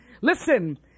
Listen